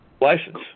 License